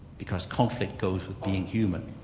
because conflict goes with being human,